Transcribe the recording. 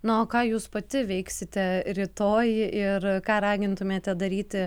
na o ką jūs pati veiksite rytoj ir ką ragintumėte daryti